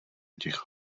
těch